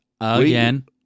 again